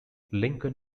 lincoln